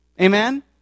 Amen